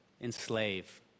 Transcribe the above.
enslave